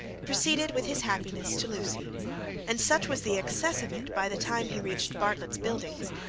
proceeded with his happiness to lucy and such was the excess of it by the time he reached bartlett's buildings,